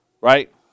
Right